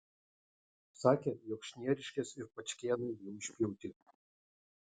sakė jog šnieriškės ir pačkėnai jau išpjauti